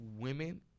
women